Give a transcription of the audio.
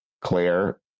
Claire